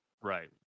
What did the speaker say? right